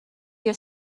your